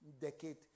decade